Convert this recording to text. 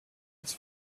its